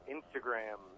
Instagram